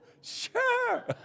Sure